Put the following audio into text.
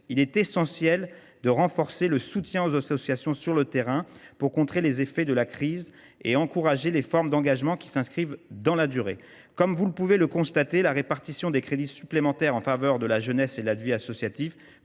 Il est essentiel de renforcer le soutien aux associations sur le terrain pour contrer les effets de la crise et encourager les formes d’engagements qui s’inscrivent dans la durée. Comme vous pouvez le constater, mes chers collègues, la répartition des crédits supplémentaires en faveur de la jeunesse et de la vie associative